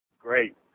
Great